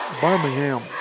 Birmingham